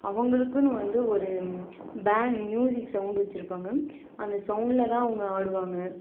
அவங்களுக்குனு வந்து ஒரு பேன் மியூசிக் சவுண்டு வச்சுருப்பாங்க அந்த சவுண்டில் தான் அவங்க ஆடுவாங்க